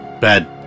bad